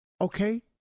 Okay